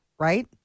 Right